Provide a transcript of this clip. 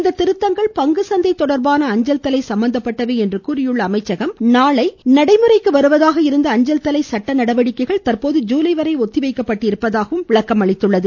இந்த திருத்தங்கள் பங்கு சந்தை தொடர்பான அஞ்சல் தலை சம்பந்தப்பட்டவை என்று கூறியுள்ள அமைச்சகம் நாளை முதல் நடைமுறைக்கு வருவதாக இருந்த அஞ்சல் தலை சட்டநடவடிக்கைகள் தற்போது ஜீலை வரை ஒத்திவைக்கப்பட்டிருப்பதாக விளக்கம் அளித்துள்ளது